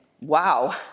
wow